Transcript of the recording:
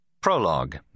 Prologue